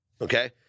Okay